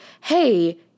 Hey